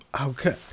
Okay